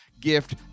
gift